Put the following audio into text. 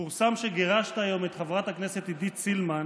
פורסם שגירשת היום את חברת הכנסת עידית סילמן,